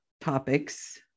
topics